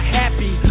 happy